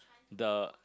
the